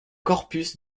corpus